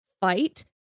fight